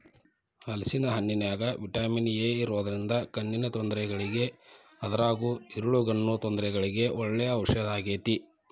ಹಲೇಸಿನ ಹಣ್ಣಿನ್ಯಾಗ vitamin A ಇರೋದ್ರಿಂದ ಕಣ್ಣಿನ ತೊಂದರೆಗಳಿಗೆ ಅದ್ರಗೂ ಇರುಳುಗಣ್ಣು ತೊಂದರೆಗಳಿಗೆ ಒಳ್ಳೆ ಔಷದಾಗೇತಿ